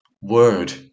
word